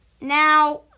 Now